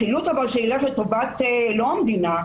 חילוט אבל שילך לא לטובת המדינה,